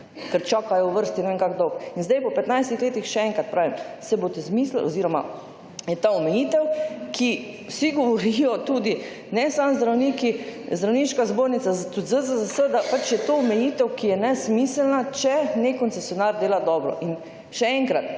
(nadaljevanje) In zdaj po 15 letih, še enkrat pravim, se boste izmislili oziroma je ta omejitev, ki vsi govorijo tudi ne samo zdravniki, Zdravniška zbornica, tudi ZZZS, da pač je to omejitev, ki je nesmiselna, če nek koncesionar dela dobro. In še enkrat,